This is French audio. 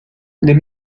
les